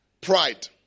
pride